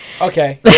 okay